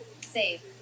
Save